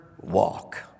walk